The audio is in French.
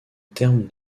terme